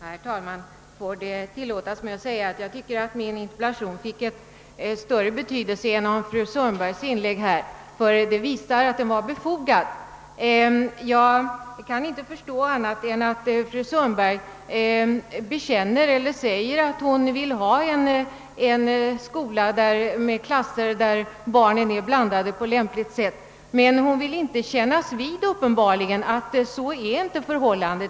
Herr talman! Får det tillåtas mig säga att jag tycker att min interpellation fick större betydelse genom fru Sundbergs inlägg, ty det visar att den var befogad. Jag kan inte förstå annat än att fru Sundberg vill ha en skola med klasser där barnen är blandade på lämpligt sätt men uppenbarligen vill hon inte kännas vid att förhållandena inte är sådana för närvarande.